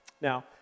Now